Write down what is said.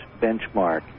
benchmark